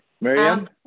Miriam